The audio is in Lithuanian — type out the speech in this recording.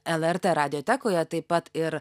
lrt radiotekoje taip pat ir